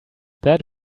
that